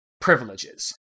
privileges